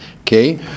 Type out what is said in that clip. okay